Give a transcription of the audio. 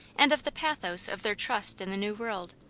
and of the pathos of their trust in the new world,